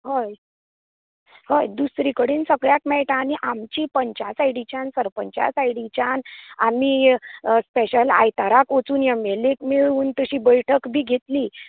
हय हय दुसरे कडेन सगळ्याक मेळटां आनी आमची पंचा सायडीच्यान सरपंचा सायडीच्यान आमी स्पेशल आयतराक वचून एम एल एक मेळून तशीं बैठक बी घेतली